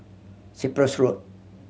Cyprus Road